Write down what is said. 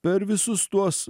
per visus tuos